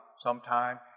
sometime